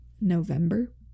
november